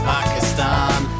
Pakistan